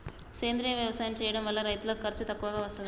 సేంద్రీయ వ్యవసాయం చేయడం వల్ల రైతులకు ఖర్చు తక్కువగా వస్తదా?